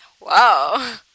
wow